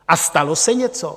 A stalo se něco?